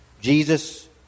Jesus